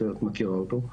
את מכירה אותו,